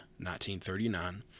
1939